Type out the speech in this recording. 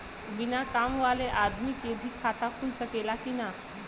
बिना काम वाले आदमी के भी खाता खुल सकेला की ना?